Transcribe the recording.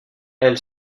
elle